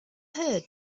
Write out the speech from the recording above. heard